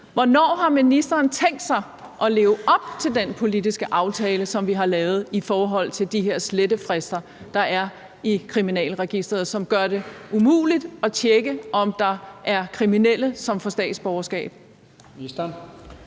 Hvornår har ministeren tænkt sig at leve op til den politiske aftale, som vi har lavet i forhold til de her slettefrister, der er i Kriminalregisteret, som gør det umuligt at tjekke, om der er kriminelle, som får statsborgerskab? Kl.